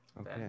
Okay